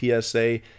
PSA